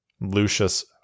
Lucius